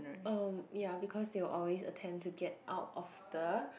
um ya because they will always attempt to get out of the